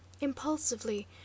Impulsively